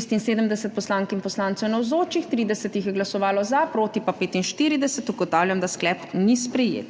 76 poslank in poslancev je navzočih, 30 jih je glasovalo za, proti pa 45. (Za je glasovalo 30.) (Proti 45.) Ugotavljam, da sklep ni sprejet.